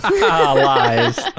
lies